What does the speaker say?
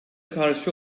karşı